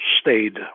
stayed